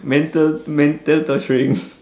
mental mental torturing